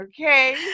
Okay